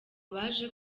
baje